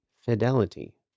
fidelity